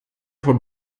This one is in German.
von